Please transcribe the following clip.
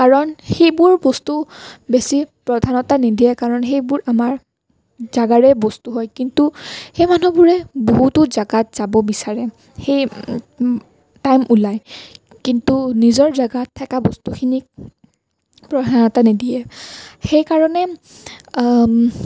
কাৰণ সেইবোৰ বস্তুক বেছি প্ৰধানতা নিদিয়ে কাৰণ সেইবোৰ আমাৰ জেগাৰে বস্তু হয় কিন্তু সেই মানুহবোৰে বহুতো জেগাত যাব বিচাৰে সেই টাইম উলিয়ায় কিন্তু নিজৰ জেগাত থকা বস্তুখিনিক প্ৰধানতা নিদিয়ে সেইকাৰণে